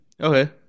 Okay